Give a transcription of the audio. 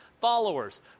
followers